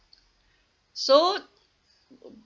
so